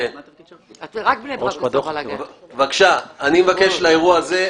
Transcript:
אני מבקש לאירוע הזה,